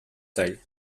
tej